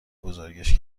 بزرگش